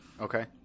Okay